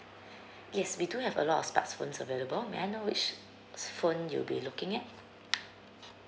yes we do have a lot of smart phones available may I know which s~ phone you'll be looking at